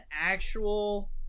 actual